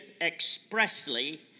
expressly